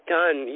done